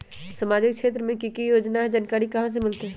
सामाजिक क्षेत्र मे कि की योजना है जानकारी कहाँ से मिलतै?